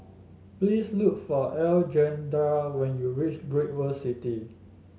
please look for Alejandra when you reach Great World City